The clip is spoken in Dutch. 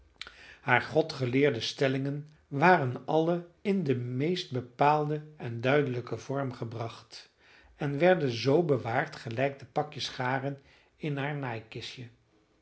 haar godgeleerde stellingen waren alle in den meest bepaalden en duidelijken vorm gebracht en werden zoo bewaard gelijk de pakjes garen in haar naaikistje